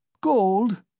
Gold